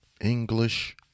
English